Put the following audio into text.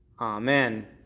Amen